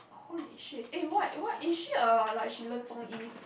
holy shit eh what what is she a like she learn 中医:zhong-yi